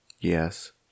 Yes